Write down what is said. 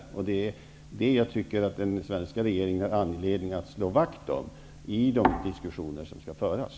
Att så inte sker, tycker jag är något som den svenska regeringen har anledning att slå vakt om i de diskussioner som skall föras.